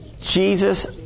Jesus